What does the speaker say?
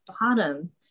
bottom